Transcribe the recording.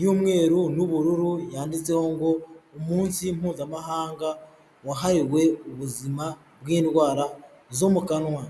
y'umweru n'ubururu, yanditseho ngo umunsi mpuzamahanga wahariwe ubuzima bw'indwara zo mu kanwa.